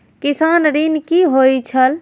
किसान ऋण की होय छल?